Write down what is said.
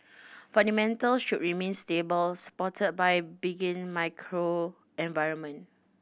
fundamentals should remain stable supported by benign macro environment